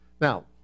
Now